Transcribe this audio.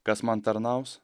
kas man tarnaus